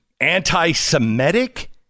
anti-Semitic